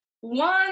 one